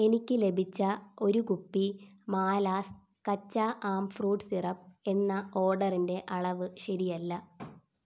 എനിക്ക് ലഭിച്ച ഒരു കുപ്പി മാലാസ് കച്ച ആം ഫ്രൂട്ട് സിറപ്പ് എന്ന ഓഡറിന്റെ അളവ് ശരിയല്ല